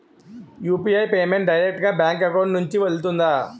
UPI payment direct గా bank account నుంచి వెళ్తుందా?